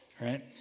Right